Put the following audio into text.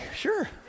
sure